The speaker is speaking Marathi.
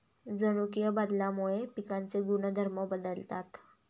जनुकीय बदलामुळे पिकांचे गुणधर्म बदलतात